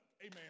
Amen